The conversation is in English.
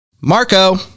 Marco